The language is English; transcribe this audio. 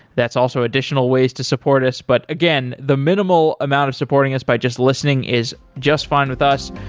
that's also additional ways to support us. but again, the minimal amount of supporting us by just listening is just fine with us.